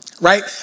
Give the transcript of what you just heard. right